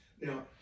Now